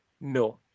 No